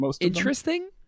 interesting